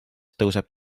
tõuseb